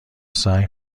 سعی